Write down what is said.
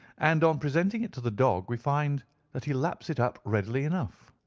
and on presenting it to the dog we find that he laps it up readily enough.